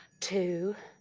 two,